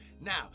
Now